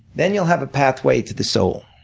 then you'll have a pathway to the soul.